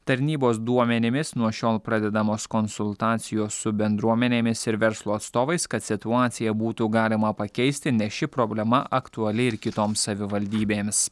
tarnybos duomenimis nuo šiol pradedamos konsultacijos su bendruomenėmis ir verslo atstovais kad situaciją būtų galima pakeisti nes ši problema aktuali ir kitoms savivaldybėms